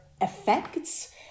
effects